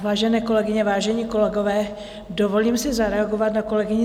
Vážené kolegyně, vážení kolegové, dovolím si zareagovat na kolegyni